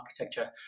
architecture